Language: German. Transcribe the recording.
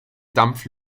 dampf